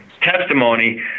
testimony